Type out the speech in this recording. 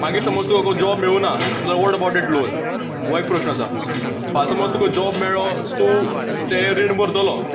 मागीर समज तुका जर जोब मेळुंक ना जाल्यार वोट अबाउट डेट लोन हो एक प्रश्न आसा फाल्यां समज तुका जोब मेळ्ळो तूं तें रीण भरतलो